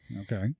okay